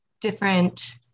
different